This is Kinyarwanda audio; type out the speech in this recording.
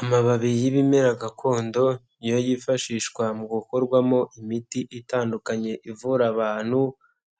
Amababi y'ibimera gakondo niyo yifashishwa mu gukorwamo imiti itandukanye ivura abantu,